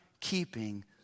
keeping